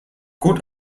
gut